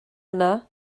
yna